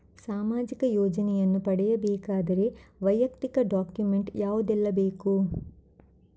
ಸಾಮಾಜಿಕ ಯೋಜನೆಯನ್ನು ಪಡೆಯಬೇಕಾದರೆ ವೈಯಕ್ತಿಕ ಡಾಕ್ಯುಮೆಂಟ್ ಯಾವುದೆಲ್ಲ ಬೇಕು?